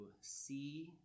see